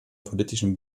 politischem